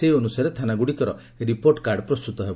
ସେହି ଅନୁସାରେ ଥାନାଗୁଡ଼ିକର ରିପୋର୍ଟ କାର୍ଡ ପ୍ରସ୍ତୁତ ହେବ